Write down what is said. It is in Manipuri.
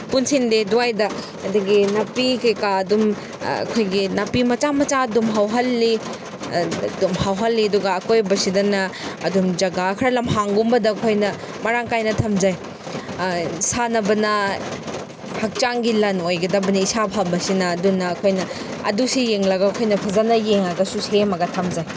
ꯄꯨꯟꯁꯤꯟꯗꯦ ꯑꯗꯨꯋꯥꯏꯗ ꯑꯗꯒꯤ ꯅꯥꯄꯤ ꯀꯩꯀꯥ ꯑꯗꯨꯝ ꯑꯩꯈꯣꯏꯒꯤ ꯅꯥꯄꯤ ꯃꯆꯥ ꯃꯆꯥ ꯑꯗꯨꯝ ꯍꯧꯍꯜꯂꯤ ꯑꯗꯨꯝ ꯍꯧꯍꯜꯂꯤ ꯑꯗꯨꯒ ꯑꯀꯣꯏꯕꯁꯤꯗꯅ ꯑꯗꯨꯝ ꯖꯒꯥ ꯈꯔ ꯂꯝꯍꯥꯡꯒꯨꯝꯕꯗ ꯑꯩꯈꯣꯏꯅ ꯃꯔꯥꯡ ꯀꯥꯏꯅ ꯊꯝꯖꯩ ꯁꯥꯟꯅꯕꯅ ꯍꯛꯆꯥꯡꯒꯤ ꯂꯟ ꯑꯣꯏꯒꯗꯕꯅꯤ ꯏꯁꯥ ꯐꯕꯁꯤꯅ ꯑꯗꯨꯅ ꯑꯩꯈꯣꯏꯅ ꯑꯗꯨꯁꯤ ꯌꯦꯡꯂꯒ ꯑꯩꯈꯣꯏꯅ ꯐꯖꯅ ꯌꯦꯡꯉꯒꯁꯨ ꯁꯦꯝꯃꯒ ꯊꯝꯖꯩ